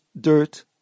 dirt